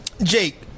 Jake